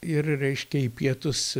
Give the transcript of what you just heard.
ir reiškia į pietus